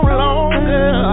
longer